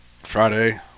Friday